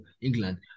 England